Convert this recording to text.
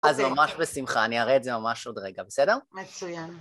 אז ממש בשמחה, אני אראה את זה ממש עוד רגע, בסדר? מצוין.